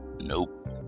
Nope